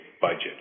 budget